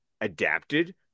adapted